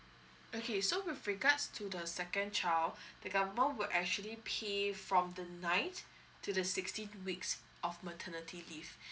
okay so with regards to the second child the government will actually pay from the ninth to the sixteenth weeks of maternity leave